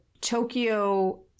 Tokyo